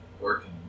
working